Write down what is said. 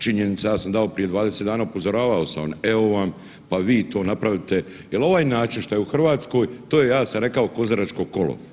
Činjenica ja sam dao prije 20 dana, upozoravao sam, evo vam pa vi to napravite jer ovaj način što je u Hrvatskoj to je ja sam rekao kozaračko kolo.